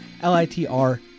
L-I-T-R